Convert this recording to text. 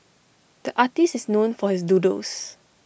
the artist is known for his doodles